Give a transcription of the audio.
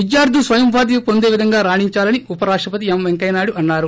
విద్యార్ధులు స్వయం ఉపాధి పొందే విధంగా రాణించాలని ఉప రాష్టపతి ఎం పెంకయ్యనాయుడు అన్నారు